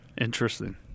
Interesting